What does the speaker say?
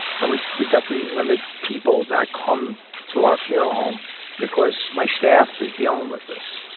and we we definitely limit people that come to our funeral home because my staff is dealing with this,